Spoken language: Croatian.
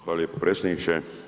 Hvala lijepo predsjedniče.